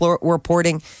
reporting